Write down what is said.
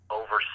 over